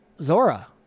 Zora